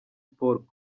sport